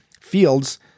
fields